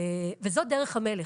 זאת דרך המלך.